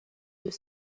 peut